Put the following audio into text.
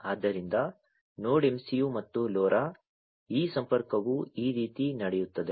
ಆದ್ದರಿಂದ node MCU ಮತ್ತು LoRa ಈ ಸಂಪರ್ಕವು ಈ ರೀತಿ ನಡೆಯುತ್ತದೆ